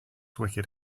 wicked